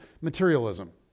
materialism